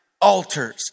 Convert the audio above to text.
altars